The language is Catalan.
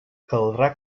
caldrà